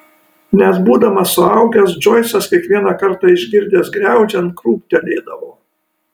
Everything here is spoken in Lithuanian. net būdamas suaugęs džoisas kiekvieną kartą išgirdęs griaudžiant krūptelėdavo